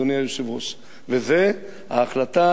וזה ההחלטה לקנוס את המעסיקים.